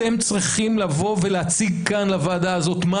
אתם צריכים להציג כאן לוועדה הזאת מה